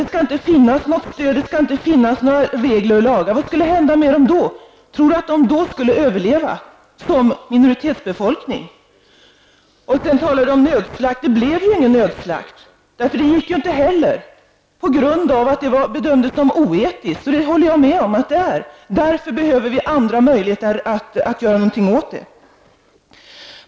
Det skall inte finnas något stöd, och det skall inte finnas några regler och lagar. Vad skulle då hända med samerna? Tror Berith Eriksson att samerna då skulle överleva som minoritetsbefolkning? Berith Eriksson talade om nödslakt. Det blev ju ingen nödslakt, eftersom det inte heller var möjligt på grund av att det bedömdes som oetiskt. Och det håller jag med om. Därför behöver vi andra möjligheter att göra något åt detta.